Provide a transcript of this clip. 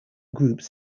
groups